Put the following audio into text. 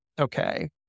Okay